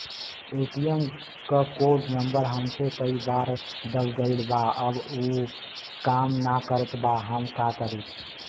ATM क code number हमसे कई बार दब गईल बा अब उ काम ना करत बा हम का करी?